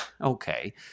okay